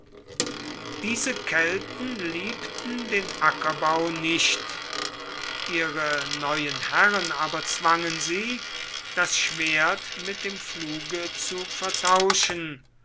diese kelten liebten den ackerbau nicht ihre neuen herren aber zwangen sie das schwert mit dem pfluge zu vertauschen